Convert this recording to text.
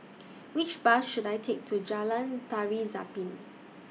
Which Bus should I Take to Jalan Tari Zapin